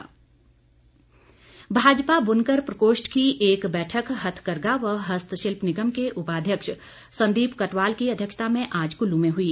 बुनकर भाजपा बुनकर प्रकोष्ठ की एक बैठक हथकरघा व हस्तशिल्प निगम के उपाध्यक्ष संदीप कटवाल की अध्यक्षता में आज कुल्लू में हुई